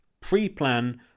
pre-plan